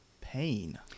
pain